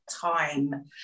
time